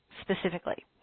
specifically